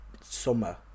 Summer